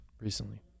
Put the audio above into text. recently